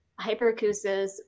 hyperacusis